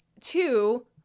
Two